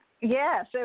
Yes